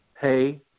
hey